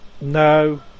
no